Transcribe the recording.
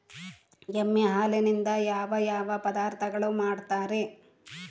ಎಮ್ಮೆ ಹಾಲಿನಿಂದ ಯಾವ ಯಾವ ಪದಾರ್ಥಗಳು ಮಾಡ್ತಾರೆ?